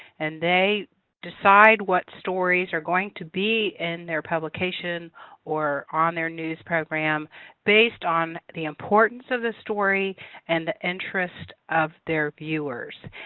and they decide what stories are going to be in their publication or on their news program based on the importance of the story and interests of their viewers.